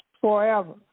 forever